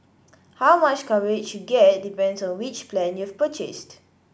how much coverage you get depends on which plan you've purchased